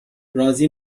رازی